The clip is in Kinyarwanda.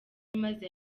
imaze